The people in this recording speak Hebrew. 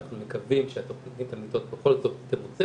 אנחנו מקווים שתכנית המיטות בכל זאת תמוצה